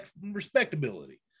respectability